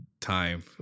time